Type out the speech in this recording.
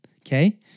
okay